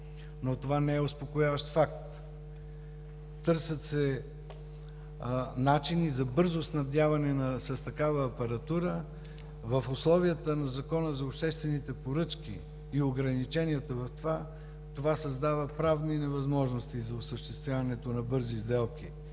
но това не е успокояващ факт. Търсят се начини за бързо снабдяване с такава апаратура в условията на Закона за обществените поръчки и ограниченията в това създава правни невъзможности за осъществяването на бързи сделки.